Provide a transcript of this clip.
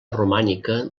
romànica